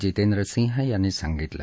जितेंद्र सिंह यांनी सांगितलं